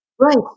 Right